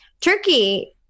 Turkey